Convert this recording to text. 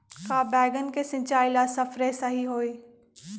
का बैगन के सिचाई ला सप्रे सही होई?